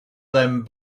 them